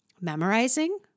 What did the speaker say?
memorizing